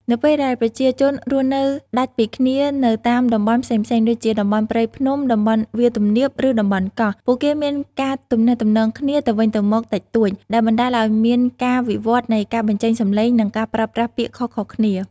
នៅពេលដែលប្រជាជនរស់នៅដាច់ពីគ្នាទៅតាមតំបន់ផ្សេងៗ ដូចជាតំបន់ព្រៃភ្នំ តំបន់វាលទំនាប ឬតំបន់កោះ ពួកគេមានការទំនាក់ទំនងគ្នាទៅវិញទៅមកតិចតួច ដែលបណ្តាលឲ្យមានការវិវត្តន៍នៃការបញ្ចេញសំឡេង និងការប្រើប្រាស់ពាក្យខុសៗគ្នា។